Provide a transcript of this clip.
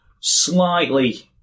slightly